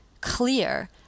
clear